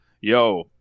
yo